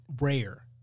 rare